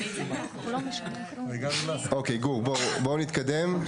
אוקיי, גור, בוא נתקדם.